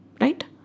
Right